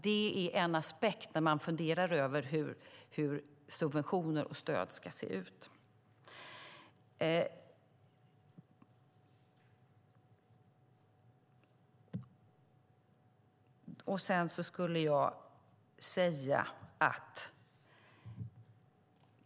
Det är en aspekt när man funderar över hur subventioner och stöd ska se ut.